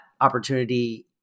opportunity